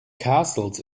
castles